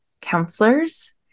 counselors